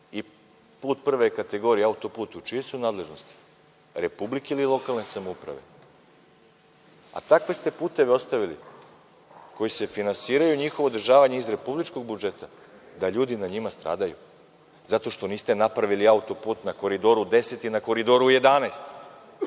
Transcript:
i put prve kategorije, autoput, u čijoj su nadležnosti, republike ili lokalne samouprave? A takve ste puteve ostavili koji se finansiraju, njihovo održavanje iz republičkog budžeta, da ljudi na njima stradaju, zato što niste napravili autoput na Koridoru 10 i na Koridoru 11,